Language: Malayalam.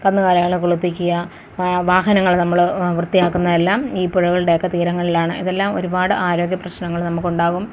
കന്നുകാലികളെ കുളിപ്പിക്കുകയും വാഹനങ്ങള് നമ്മള് വൃത്തിയാക്കുന്നത് എല്ലാം ഈ പുഴകളുടെ ഒക്കെ തീരങ്ങളിലാണ് ഇതെല്ലാം ഒരുപാട് ആരോഗ്യപ്രശ്നങ്ങൾ നമുക്കുണ്ടാവും